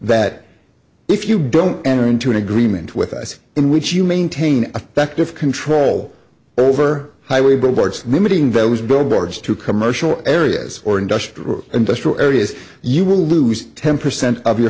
that if you don't enter into an agreement with us in which you maintain affective control over highway billboards limiting those billboards to commercial areas or industrial industrial areas you will lose ten percent of your